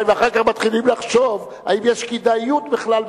ואחר כך מתחילים לחשוב אם יש כדאיות בכלל,